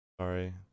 sorry